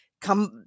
come